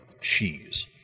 cheese